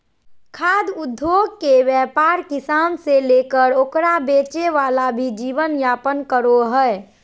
खाद्य उद्योगके व्यापार किसान से लेकर ओकरा बेचे वाला भी जीवन यापन करो हइ